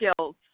skills